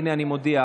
הינה אני מודיע,